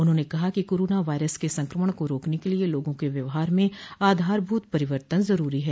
उन्होंने कहा कि कोरोना वायरस के संक्रमण को रोकने के लिये लोगों के व्यवहार में आधारभूत परिवर्तन जरूरी है